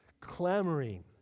Clamoring